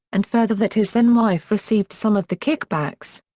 and further that his then-wife received some of the kickbacks.